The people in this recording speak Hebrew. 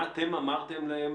מה אתם אמרתם להן?